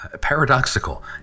paradoxical